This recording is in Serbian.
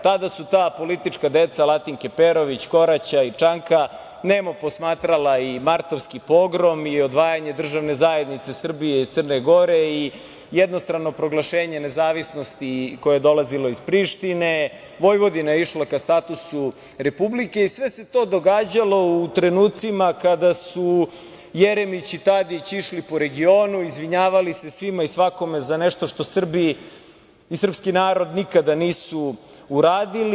Tada su ta politička deca Latinke Perović, Koraća i Čanka nemo posmatrala i martovski pogrom i odvajanje državne zajednice Srbije i Crne Gore i jednostrano proglašenje nezavisnosti koje je dolazilo iz Prištine, Vojvodina je išla ka statusu republike, i sve se to događalo u trenucima kada su Jeremić i Tadić išli po regionu, izvinjavali se svima i svakome za nešto što Srbi i srpski narod nikada nisu uradili.